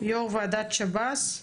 יו"ר ועדת שב"ס.